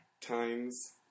times